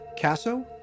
Casso